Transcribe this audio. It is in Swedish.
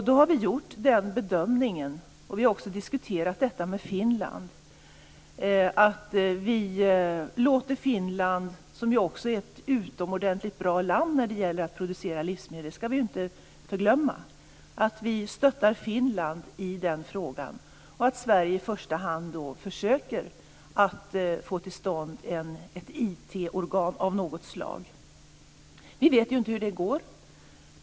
Då har vi gjort den bedömningen - och vi har också diskuterat detta med Finland - att vi i denna fråga stöttar Finland, som också är ett utomordentligt bra land när det gäller att producera livsmedel, det ska vi inte förglömma. Sverige ska i första hand försöka få till stånd ett IT-organ av något slag. Vi vet inte hur det går.